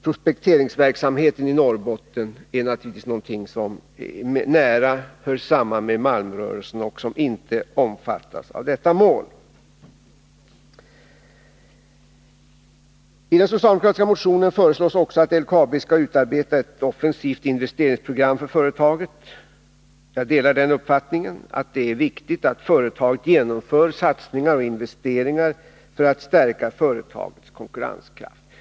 Prospekteringsverksamheten i Norrbotten hör naturligtvis nära samman med malmrörelsen och omfattas inte av detta mål. I den socialdemokratiska motionen föreslås också att LKAB skall utarbeta ett offensivt investeringsprogram för företaget. Jag delar den uppfattningen att det är viktigt att företaget genomför satsningar och investeringar för att stärka företagets konkurrenskraft.